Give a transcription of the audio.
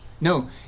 No